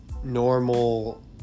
normal